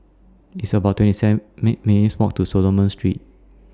It's about twenty seven make minutes' Walk to Solomon Street